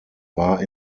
war